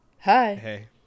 Hi